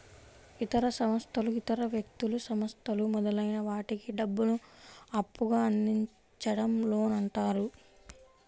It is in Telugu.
ఇతర సంస్థలు ఇతర వ్యక్తులు, సంస్థలు మొదలైన వాటికి డబ్బును అప్పుగా అందించడం లోన్ అంటారు